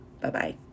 Bye-bye